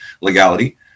legality